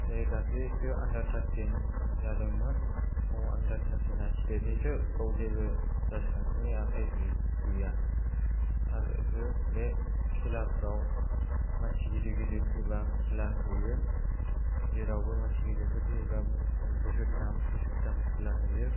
नै दाख्लैसो आन्दार थार्तिन जादोंमोन अ आन्दार थार्तिना स्तेत निसो बाव जेबो राजखान्थिनि आखाइ गैया आरो बे खेलाफ्राव मानसि गिदिर गिदिर थैबा खेला होयो जेरावबो मानसि गिदिरफोर थैयोबा बोसोरथाम बोसोरथाम खेला होयो